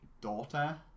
daughter